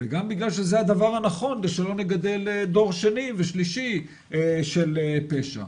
וגם בגלל שזה הדבר הנכון כדי שלא נגדל דור שני ושלישי של פשע.